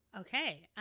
Okay